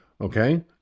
okay